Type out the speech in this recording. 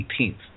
18th